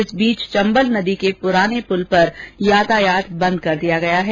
इस बीच चम्बल नदी के पुराने पुल पर यातायात बंद कर दिया गया है